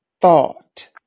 thought